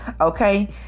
okay